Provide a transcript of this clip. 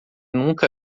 nunca